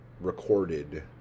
recorded